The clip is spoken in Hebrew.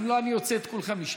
אם לא, אני אוציא את כולכם משם.